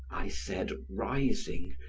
i said, rising,